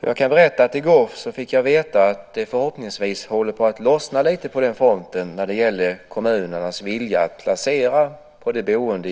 Jag kan berätta att jag i går fick veta att det förhoppningsvis håller på att lossna lite på den fronten när det gäller kommunernas vilja att placera de boende.